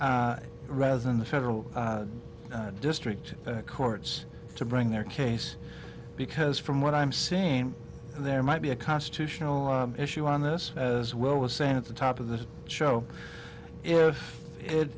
rather than the federal district courts to bring their case because from what i'm saying there might be a constitutional issue on this as well was saying at the top of this show if it